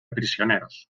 prisioneros